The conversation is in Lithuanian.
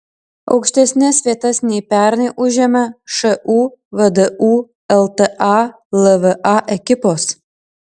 aukštesnes vietas nei pernai užėmė šu vdu lta lva ekipos